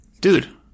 dude